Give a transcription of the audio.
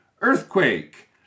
Earthquake